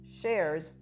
shares